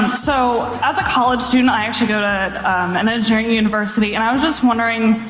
so as a college student, i actually go to an engineering university, and i was just wondering,